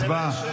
הצבעה.